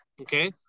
okay